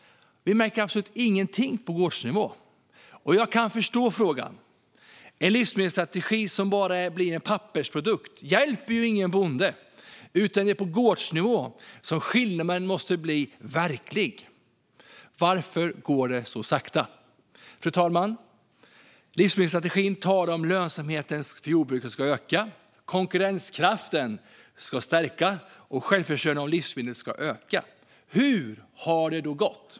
Vi märker absolut ingenting på gårdsnivå. Jag kan förstå frågan. En livsmedelsstrategi som bara blir en pappersprodukt hjälper ingen bonde. Det är på gårdsnivå som skillnaden måste bli verklig. Varför går det så sakta? Fru talman! Enligt livsmedelsstrategin ska lönsamheten för jordbruket öka, konkurrenskraften stärkas och självförsörjningen av livsmedel öka. Hur har det då gått?